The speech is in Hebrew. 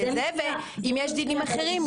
ואם יש דינים אחרים,